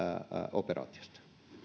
operaatiosta